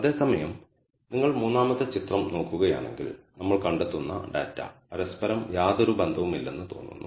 അതേസമയം നിങ്ങൾ മൂന്നാമത്തെ ചിത്രം നോക്കുകയാണെങ്കിൽ നമ്മൾ കണ്ടെത്തുന്ന ഡാറ്റ പരസ്പരം യാതൊരു ബന്ധവുമില്ലെന്ന് തോന്നുന്നു